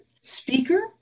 speaker